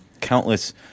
countless